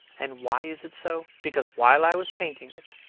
and why is it so? because, while i was painting it,